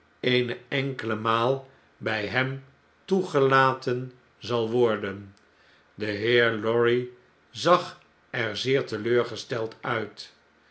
ik eeneenkele maal bg hem toegelaten zal worden de heer lorry zag er zeer teleurgesteld uit